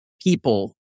people